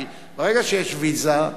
כי ברגע שיש ויזה,